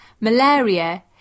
malaria